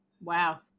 Wow